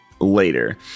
later